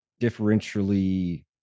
differentially